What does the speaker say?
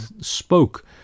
spoke